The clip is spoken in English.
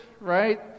right